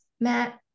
Matt